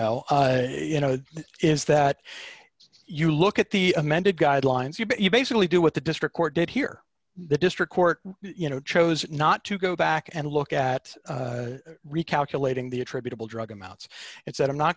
know you know is that if you look at the amended guidelines you but you basically do what the district court did here the district court you know chose not to go back and look at recalculating the attributable drug amounts it said i'm not